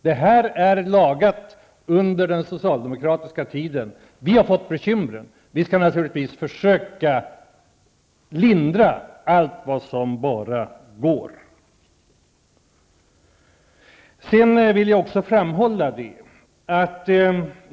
Det här har lagats till under den socialdemokratiska tiden. Vi har fått bekymren, men vi skall givetvis försöka lindra så mycket som möjligt.